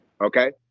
Okay